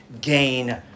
gain